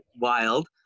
wild